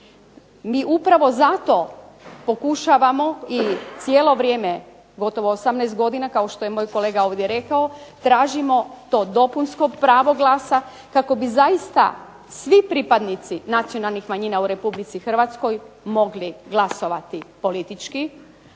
Mi upravo zato pokušavamo i cijelo vrijeme, gotovo 18 godina kao što je moj kolega ovdje rekao, tražimo to dopunsko pravo glasa kako bi zaista svi pripadnici nacionalnih manjina u Republici Hrvatskoj mogli glasovati politički,